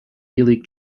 league